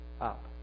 up